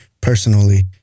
personally